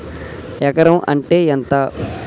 ఎకరం అంటే ఎంత?